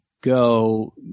go